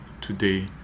today